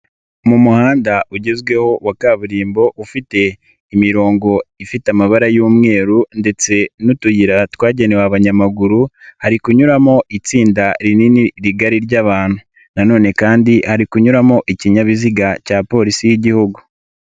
Mu muhanda ugezweho wa kaburimbo ufite imirongo ifite amabara y'umweru ndetse n'utuyira twagenewe abanyamaguru hari kunyuramo itsinda rinini rigari ry'abantu, nanone kandi ari kunyuramo ikinyabiziga cya Polisi y'Igihugu.